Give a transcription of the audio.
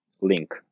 link